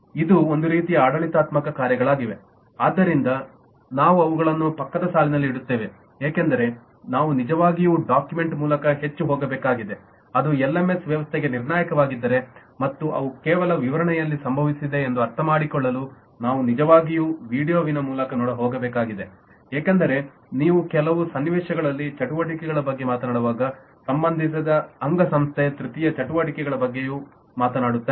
ಇದು ಒಂದು ರೀತಿಯ ಆಡಳಿತಾತ್ಮಕ ಕಾರ್ಯಗಳಾಗಿವೆ ಆದ್ದರಿಂದ ನಾವು ಅವುಗಳನ್ನು ಪಕ್ಕದ ಸಾಲಿನಲ್ಲಿ ಇಡುತ್ತೇವೆ ಏಕೆಂದರೆ ನಾವು ನಿಜವಾಗಿಯೂ ಡಾಕ್ಯುಮೆಂಟ್ ಮೂಲಕ ಹೆಚ್ಚು ಹೋಗಬೇಕಾಗಿದೆ ಅದು ಎಲ್ಎಂಎಸ್ ವ್ಯವಸ್ಥೆಗೆ ನಿರ್ಣಾಯಕವಾಗಿದ್ದರೆ ಅಥವಾ ಅವು ಕೇವಲ ವಿವರಣೆಯಲ್ಲಿ ಸಂಭವಿಸಿವೆ ಎಂದು ಅರ್ಥಮಾಡಿಕೊಳ್ಳಲು ನಾವು ನಿಜವಾಗಿಯೂ ವೀಡಿಯೋವಿನ ಮೂಲಕ ಹೋಗಬೇಕಾಗಿದೆ ಏಕೆಂದರೆ ನೀವು ಕೆಲವು ಸನ್ನಿವೇಶಗಳಲ್ಲಿ ಚಟುವಟಿಕೆಗಳ ಬಗ್ಗೆ ಮಾತನಾಡುವಾಗ ಸಂಬಂಧಿತ ಅಂಗಸಂಸ್ಥೆ ತೃತೀಯ ಚಟುವಟಿಕೆಗಳ ಬಗ್ಗೆಯೂ ಮಾತನಾಡುತ್ತಾರೆ